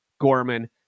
Gorman